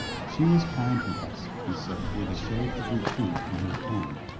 she was kind to us, he said with a shade of reproof in his tone.